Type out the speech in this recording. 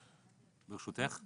ברשותך.